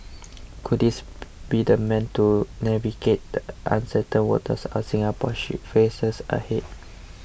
could this be the man to navigate the uncertain waters our Singapore ship faces ahead